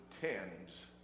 tens